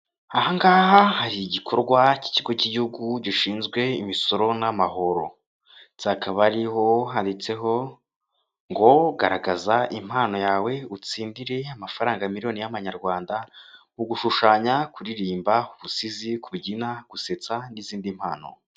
Aha ngaha hari igikorwa cy'ikigo cy'igihugu gishinzwe imisoro n'amahoro, ndetse hakaba hariho handitseho ngo garagaza impano yawe utsindire amafaranga miliyoni y'amanyarwanda mu gushushanya, kuririmba, ubusizi, kubyina, gusetsa n'izindi mpano.